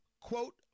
quote